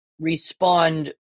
respond